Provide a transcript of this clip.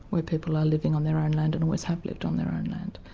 where people are living on their own land and always have lived on their own land.